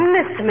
Miss